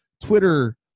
Twitter